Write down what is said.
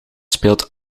speelt